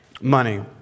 money